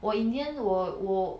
我 in the end 我我